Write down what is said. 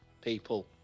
people